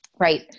Right